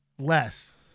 less